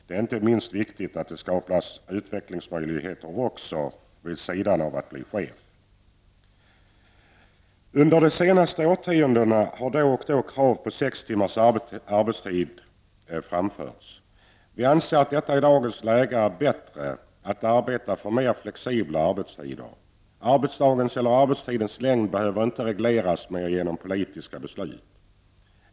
Det är inte minst viktigt att det skapas utvecklingsmöjligheter också vid sidan av att det sker en förnyelse. Herr talman! Under de senaste årtiondena har då och då framförts krav på sex timmars arbetstid. Vi folkpartister anser att det i dagens läge är bättre att arbeta för mer flexibla arbetstider. Arbetstidens eller arbetsdagens längd behöver inte regleras genom politiska beslut.